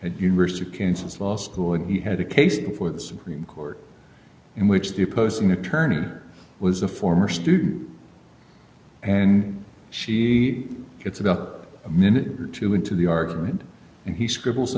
and university of kansas law school and he had a case before the supreme court in which the opposing attorney was a former student and she gets about a minute or two into the argument and he scribbles a